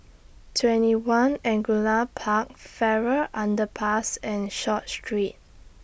TwentyOne Angullia Park Farrer Underpass and Short Street